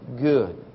good